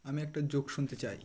আমি একটা জোক শুনতে চাই